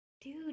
dude